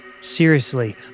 Seriously